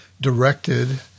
directed